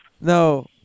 No